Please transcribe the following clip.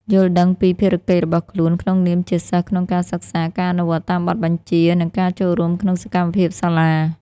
យល់ដឹងពីភារកិច្ចរបស់ខ្លួន ក្នុងនាមជាសិស្សក្នុងការសិក្សា ការអនុវត្តតាមបទបញ្ជា និងការចូលរួមក្នុងសកម្មភាពសាលា។